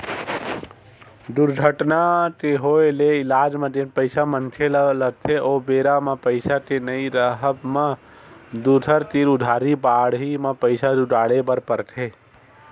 दुरघटना के होय ले इलाज म जेन पइसा मनखे ल लगथे ओ बेरा म पइसा के नइ राहब म दूसर तीर उधारी बाड़ही म पइसा जुगाड़े बर परथे